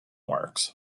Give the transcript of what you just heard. marks